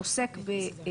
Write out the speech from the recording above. בכל מקום,